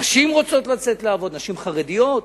נשים רוצות לצאת לעבוד, נשים חרדיות,